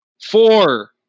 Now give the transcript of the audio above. four